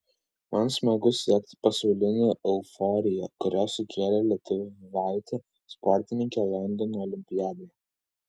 man smagu sekti pasaulinę euforiją kurią sukėlė lietuvaitė sportininkė londono olimpiadoje